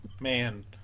Man